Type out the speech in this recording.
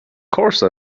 course